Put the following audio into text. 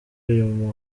uyu